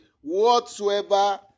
whatsoever